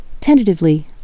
Tentatively